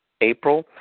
April